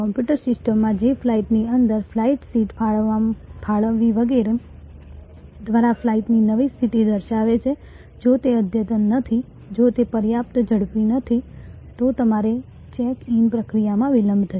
computer સિસ્ટમમાં જે ફ્લાઇટની અંદરની ફ્લાઇટ સીટ ફાળવણી વગેરે દ્વારા ફ્લાઇટની નવી સ્થિતિ દર્શાવે છે જો તે અદ્યતન નથી જો તે પર્યાપ્ત ઝડપી નથી તો તમારે ચેક ઇન પ્રક્રિયામાં વિલંબ થશે